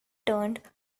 turned